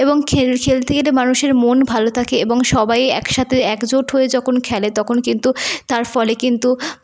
এবং খেল খেলতে খেতে মানুষের মন ভালো থাকে এবং সবাই একসাথে একজোট হয়ে যখন খেলে তখন কিন্তু তার ফলে কিন্তু